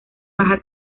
baja